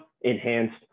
enhanced